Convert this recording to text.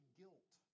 guilt